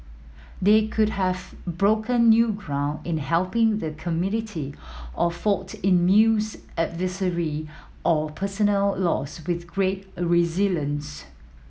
they could have broken new ground in helping the community or fought immense adversity or personal loss with great resilience